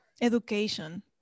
Education